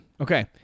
okay